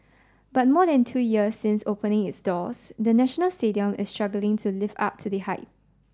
but more than two years since opening its doors the National Stadium is struggling to live up to the hype